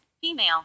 female